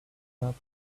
loved